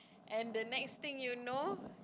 and the next thing you know